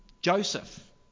Joseph